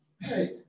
hey